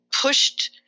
pushed